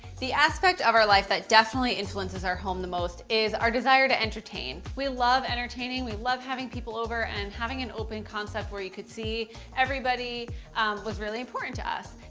the aspect of our life that definitely influences our home the most is the desire to entertain. we love entertaining, we love having people over, and having an open concept where you can see everybody was really important to us.